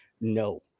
no